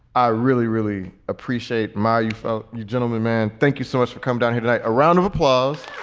i really, really appreciate my. you felt you gentlemen, man. thank you so much for come down here tonight. a round of applause.